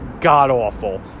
god-awful